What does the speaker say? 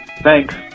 Thanks